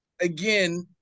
Again